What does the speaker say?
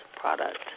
product